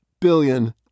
billion